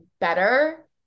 better